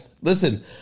Listen